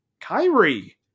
kairi